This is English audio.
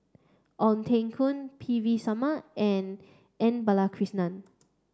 Ong Teng Koon P V Sharma and M Balakrishnan